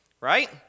right